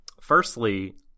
Firstly